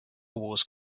wars